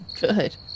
Good